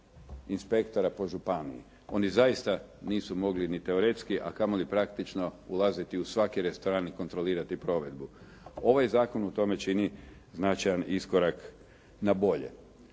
inspektora po županiji. Oni zaista nisu mogli ni teoretski, a kamo li praktično ulaziti u svaki restoran i kontrolirati provedbu. Ovaj zakon u tome čini značajan iskorak na bolje.